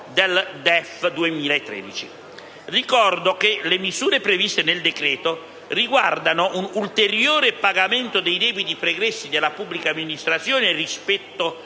del DEF 2013. Ricordo che le misure previste nel decreto riguardano un ulteriore pagamento dei debiti pregressi della pubblica amministrazione rispetto